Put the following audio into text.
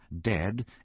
dead